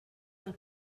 del